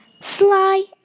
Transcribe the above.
Sly